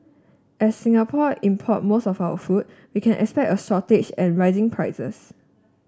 as Singapore import most of our food we can expect a shortage and rising prices